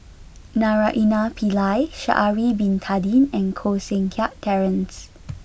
Naraina Pillai Sha'ari bin Tadin and Koh Seng Kiat Terence